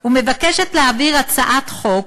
ומבקשת להעביר הצעת חוק